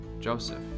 Joseph